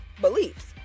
beliefs